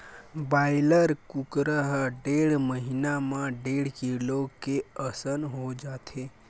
broiler कुकरा ह डेढ़ महिना म डेढ़ किलो के असन हो जाथे